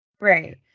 right